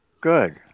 Good